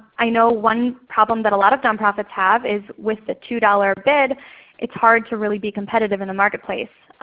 i know one problem that a lot of nonprofits have is with the two dollars bid it's hard to really be competitive in the marketplace.